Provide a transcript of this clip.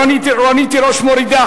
רונית תירוש מורידה.